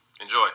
Enjoy